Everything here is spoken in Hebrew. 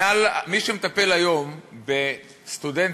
מי שמטפל היום בסטודנטים,